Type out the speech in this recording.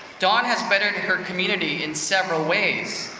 dawn has bettered her community in several ways,